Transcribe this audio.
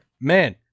man